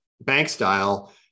bank-style